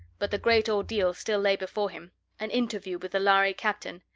but the great ordeal still lay before him an interview with the lhari captain.